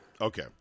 Okay